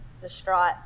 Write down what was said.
distraught